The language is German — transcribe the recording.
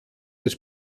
des